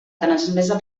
transmesa